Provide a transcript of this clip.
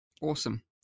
Awesome